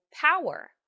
power